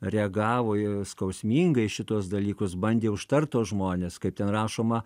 reagavo jie skausmingai į šituos dalykus bandė užtart tuos žmones kaip ten rašoma